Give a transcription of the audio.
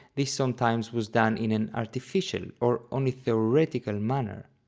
this sometimes was done in an artificial or only theoretical manner.